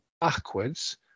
backwards